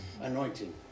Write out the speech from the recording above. anointing